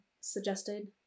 suggested